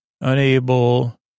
Unable